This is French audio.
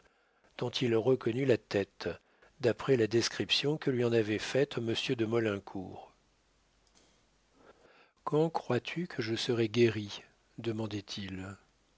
dont il reconnut la tête d'après la description que lui en avait faite monsieur de maulincour quand crois-tu que je serai guéri